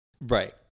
Right